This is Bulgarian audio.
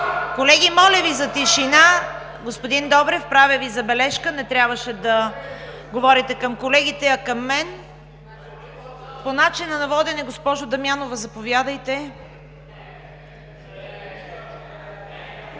на „БСП за България“.) Господин Добрев, правя Ви забележка – не трябваше да говорите към колегите, а към мен. По начина на водене – госпожо Дамянова, заповядайте.